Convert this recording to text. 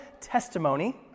testimony